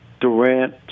Durant